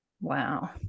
Wow